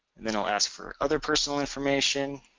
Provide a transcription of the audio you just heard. and then we'll ask for other personal information.